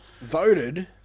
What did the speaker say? voted